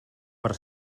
per